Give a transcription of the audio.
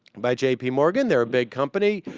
buy j p morgan their big company